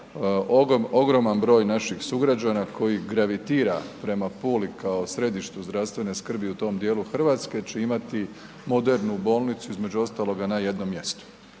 ogroman broj naših sugrađana koji gravitira prema Puli kao središtu zdravstvene skrbi u tom dijelu Hrvatske će imati modernu bolnicu između ostaloga na jednom mjestu.